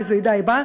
מאיזה עדה היא באה,